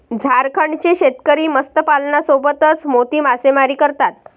झारखंडचे शेतकरी मत्स्यपालनासोबतच मोती मासेमारी करतात